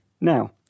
Now